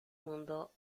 mundo